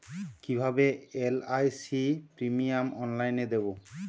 কিভাবে LIC premium অনলাইনে দেবো?